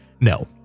No